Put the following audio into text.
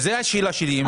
זאת השאלה שלי.